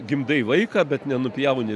gimdai vaiką bet nenupjauni